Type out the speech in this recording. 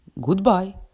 Goodbye